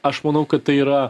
aš manau kad tai yra